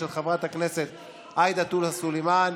של חברת הכנסת עאידה תומא סלימאן.